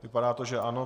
Vypadá to, že ano.